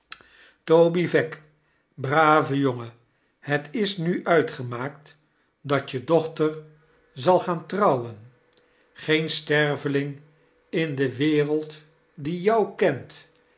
toby veck brave jongen het is nu uitgemaakt dat je dochter zal gaan trouwen geen sterveling in de wereld die jou kent